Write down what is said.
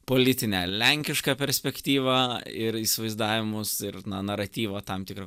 politinę lenkišką perspektyvą ir įsivaizdavimus ir na naratyvą tam tikrą